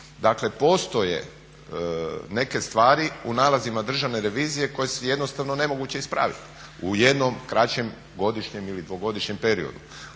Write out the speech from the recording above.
Dakle postoje neke stvari u nalazima Državne revizije koje je jednostavno nemoguće ispraviti u jednom kraćem godišnjem ili dvogodišnjem periodu.